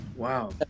Wow